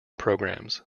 programs